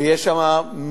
ויש שם מרבצים,